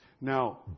Now